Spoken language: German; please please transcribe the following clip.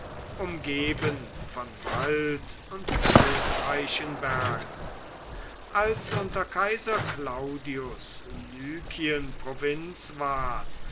umgeben von wald und wildreichen bergen als unter kaiser claudius lykien provinz ward